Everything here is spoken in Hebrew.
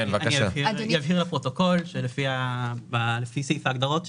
אני אבהיר לפרוטוקול שלפי סעיף ההגדרות,